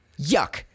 Yuck